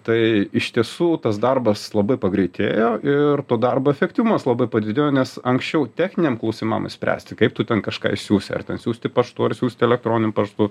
tai iš tiesų tas darbas labai pagreitėjo ir to darbo efektyvumas labai padidėjo nes anksčiau techniniam klausimam išspręsti kaip tu ten kažką išsiųsi ar ten siųsti paštu ar siųsti elektroniniu paštu